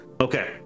Okay